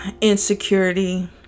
insecurity